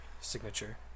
signature